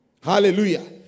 Hallelujah